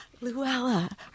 Luella